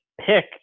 pick